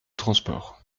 transport